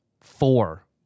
four